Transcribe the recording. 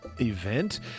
event